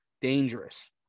dangerous